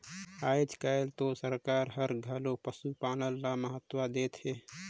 आयज कायल तो सरकार हर घलो पसुपालन ल महत्ता देहत हे